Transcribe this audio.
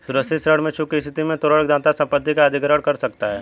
सुरक्षित ऋण में चूक की स्थिति में तोरण दाता संपत्ति का अधिग्रहण कर सकता है